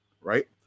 Right